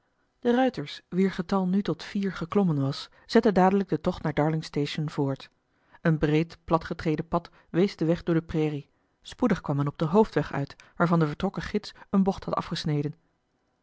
de ruiters wier getal nu tot vier geklommen was zetten dadelijk den tocht naar darlingstation voort een breed platgetreden pad wees den weg door de prairie spoedig kwam men op den hoofdweg uit waarvan de vertrokken gids eene bocht had afgesneden